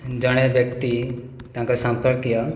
ଜଣେ ବ୍ୟକ୍ତି ତାଙ୍କ ସମ୍ପର୍କୀୟ